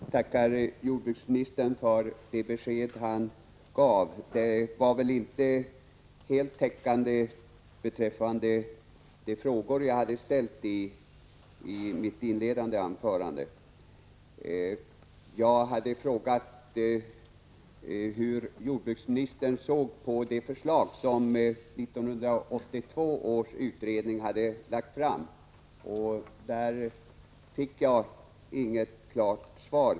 Herr talman! Jag tackar jordbruksministern för de besked han gav. De var inte heltäckande beträffande de frågor jag ställde i mitt inledande anförande. Jag frågade hur jordbruksministern såg på de förslag som 1982 års utredning lade fram. Jag fick inget klart svar.